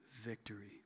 victory